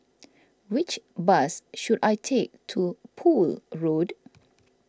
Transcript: which bus should I take to Poole Road